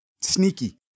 sneaky